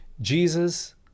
Jesus